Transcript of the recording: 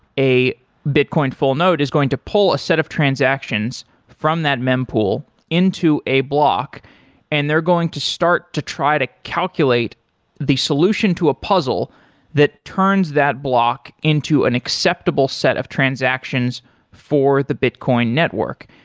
a bitcoin full node is going to pull a set of transactions from that mem pool into a block and they're going to start to try to calculate the solution to a puzzle that turns that block into an acceptable set of transactions for the bitcoin network.